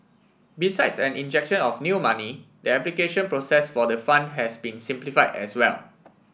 besides an injection of new money the application process for the fund has been simplified as well